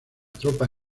tropa